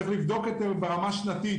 צריך לבדוק ברמה השנתית,